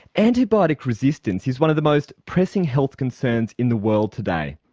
antibiotic resistance is one of the most pressing health concerns in the world today.